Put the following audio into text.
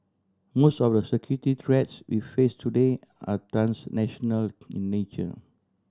most of the security threats we face today are transnational in nature